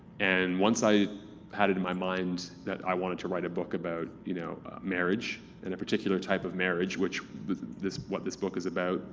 and once i had it in my mind that i wanted to write a book about you know marriage, and a particular type of marriage, which is what this book is about